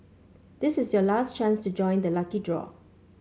this is your last chance to join the lucky draw